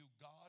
God